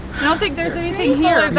i don't think there's anything here.